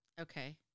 Okay